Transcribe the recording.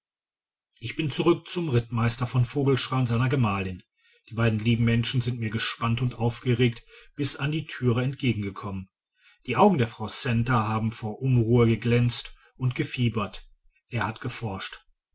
ich bin zurück zum rittmeister von vogelschrey und seiner gemahlin die beiden lieben menschen sind mir gespannt und aufgeregt bis an die türe entgegengekommen die augen der frau centa haben vor unruhe geglänzt und gefiebert er hat geforscht